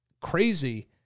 crazy